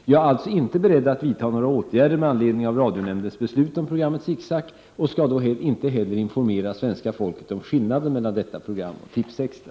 Jag är alltså inte beredd att vidta några åtgärder med anledning av radionämndens beslut om programmet Zick Zack och skall då inte heller informera svenska folket om skillnaden mellan detta program och Tipsextra.